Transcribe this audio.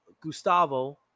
Gustavo